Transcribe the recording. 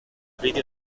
vídeo